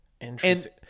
Interesting